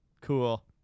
cool